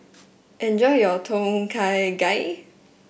enjoy your Tom Kha Gai